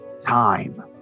time